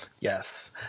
yes